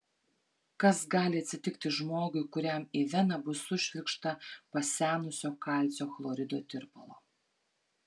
kas gali atsitikti žmogui kuriam į veną bus sušvirkšta pasenusio kalcio chlorido tirpalo